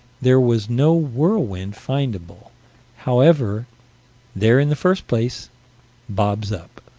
there was no whirlwind findable however there in the first place bobs up.